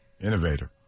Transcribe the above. Innovator